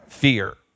fear